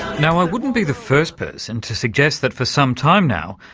now i wouldn't be the first person to suggest that for some time now,